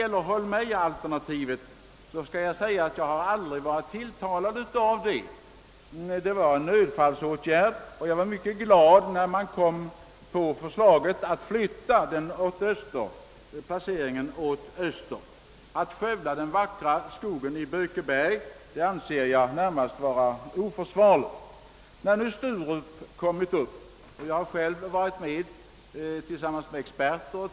Vad Holmeja-alternativet angår har jag aldrig varit tilltalad av det. Jag ansåg det vara en nödfallsutväg och blev mycket glad över förslaget att flytta flygfältet åt öster. Att skövla den vackra skogen i Bökeberg skulle enligt min mening ha varit oförsvarligt. När sedan Sturup-förslaget framlades tyckte jag att det hade många fördelar.